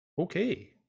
Okay